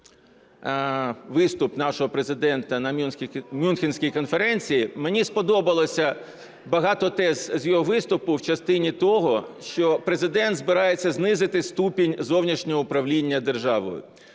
виступ нашого Президента на Мюнхенській конференції, мені сподобалося багато тез з його виступу в частині того, що Президент збирається знизити ступінь зовнішнього управління державою.